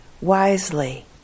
wisely